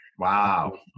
Wow